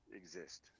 exist